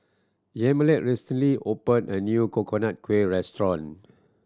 Yamilet recently open a new Coconut Kuih restaurant